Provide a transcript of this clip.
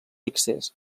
accés